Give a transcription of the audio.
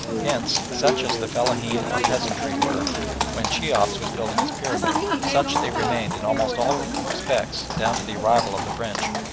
hence, such as the fellaheen or peasantry were when cheops was building his pyramid, such they remained in almost all respects down to the arrival of the french.